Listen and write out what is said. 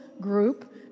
group